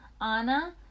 Anna